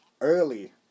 early